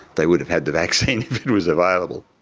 they would have had the vaccine if it was available.